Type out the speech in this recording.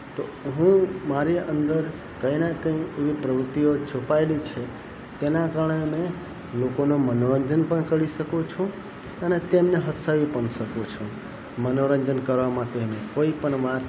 તો હું મારી અંદર કાંઇને કંઇ એવું પ્રવૃત્તિઓ છુપાયેલી છે તેનાં કારણે લોકોને મનોરંજન પણ કરી શકું છું અને તેમને હસાવી પણ શકું છું મનોરંજન કરવા માટે કોઈપણ વાત